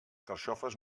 carxofes